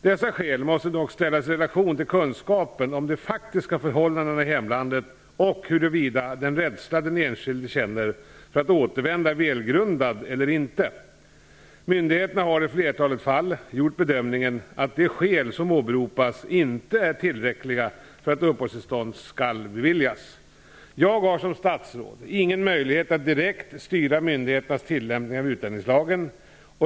Dessa skäl måste dock ställas i relation till kunskapen om de faktiska förhållandena i hemlandet och huruvida den rädsla den enskilde känner för att återvända är välgrundad eller inte. Myndigheterna har i flertalet fall gjort bedömningen att de skäl som åberopas inte är tillräckliga för att uppehållstillstånd skall beviljas. Jag har som statsråd ingen möjlighet att direkt styra myndigheternas tillämpning av utlänningslagen.